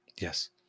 Yes